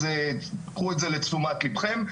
אז קחו את זה לתשומת ליבכם,